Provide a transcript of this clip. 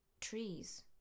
Trees